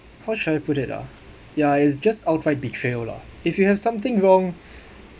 how should I put it ah yeah it's just outright betrayal lah if you have something wrong